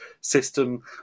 system